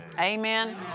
Amen